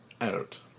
out